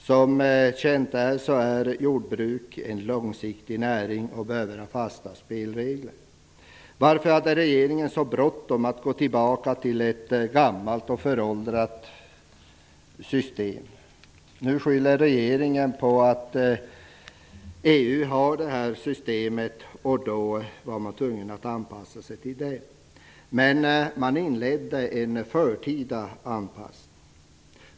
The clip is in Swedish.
Som bekant är jordbruk en långsiktig näring och behöver ha fasta spelregler. Varför hade regeringen så bråttom att gå tillbaka till ett gammalt och föråldrat system? Nu skyller regeringen på att EU har detta system och att man var tvungen att anpassa sig till det. Men man inledde en förtida anpassning.